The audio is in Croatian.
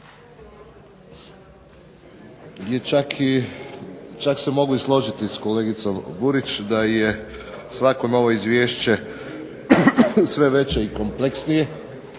čak se mogu i složiti s kolegicom Burić da je svako novo izvješće sve veće i kompleksnije.